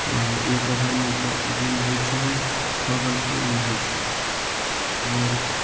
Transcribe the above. आओर एक ओवरमे बो गेन्द होइ छै छओ बॉलके गेन्द होइ छै आओर